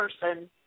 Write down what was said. person